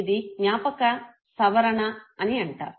ఇది జ్ఞాపక సవరణ అని అంటారు